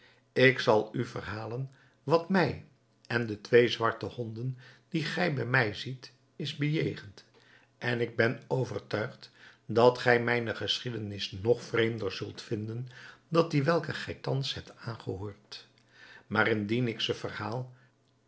ik zal u verhalen wat mij en de twee zwarte honden die gij bij mij ziet is bejegend en ik ben overtuigd dat gij mijne geschiedenis nog vreemder zult vinden dan die welke gij thans hebt aangehoord maar indien ik ze verhaal